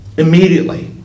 immediately